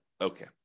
Okay